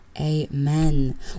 Amen